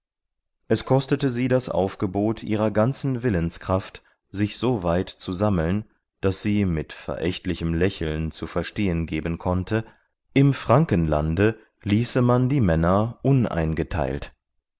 es kostete sie das aufgebot ihrer ganzen willenskraft sich so weit zu sammeln daß sie mit verächtlichem lächeln zu verstehen geben konnte im frankenlande ließe man die männer